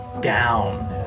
down